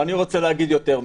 אני רוצה להגיד יותר מזה,